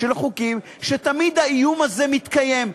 ותמיד האיום הזה מתקיים.